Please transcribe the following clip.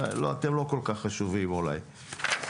אתם לא כ"כ חשובים אולי.